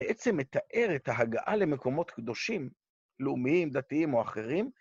‫בעצם מתאר את ההגעה למקומות קדושים, ‫לאומיים, דתיים או אחרים.